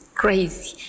crazy